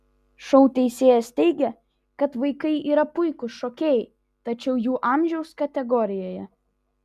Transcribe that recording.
šou teisėjas teigė kad vaikai yra puikūs šokėjai tačiau jų amžiaus kategorijoje